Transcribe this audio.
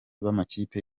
b’amakipe